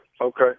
Okay